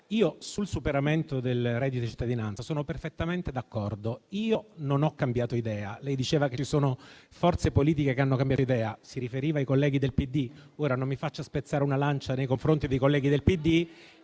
Sul superamento del reddito di cittadinanza sono perfettamente d'accordo: io non ho cambiato idea. Lei diceva che ci sono forze politiche che hanno cambiato idea; si riferiva ai colleghi del PD. Ora non mi faccia spezzare una lancia nei confronti dei colleghi del PD,